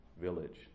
Village